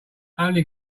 only